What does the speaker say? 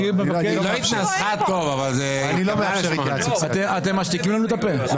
הזה ארבע שנים מיום קבלתו בכנסת." תודה.